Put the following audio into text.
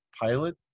pilot